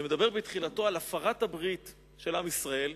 שמדבר בתחילתו על הפרת הברית של עם ישראל.